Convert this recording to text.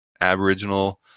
aboriginal